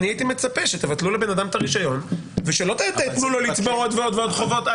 הייתי מצפה שתבטלו לאדם את הרישיון ושלא תתנו לו לצבור עוד ועוד חובות.